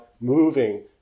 moving